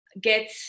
get